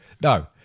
no